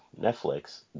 netflix